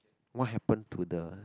what happen to the